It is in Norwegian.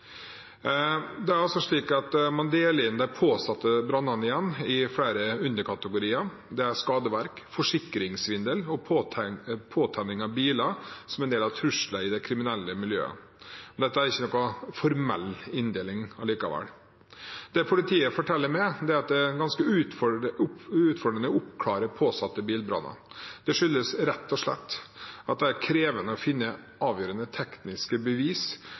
Man deler inn de påsatte brannene i flere underkategorier: skadeverk, forsikringssvindel og påtenning av biler som en del av trusler i de kriminelle miljøene. Dette er allikevel ikke noen formell inndeling. Det politiet forteller meg, er at det er ganske utfordrende å oppklare påsatte bilbranner. Det skyldes rett og slett at det er krevende å finne avgjørende tekniske bevis